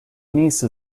niece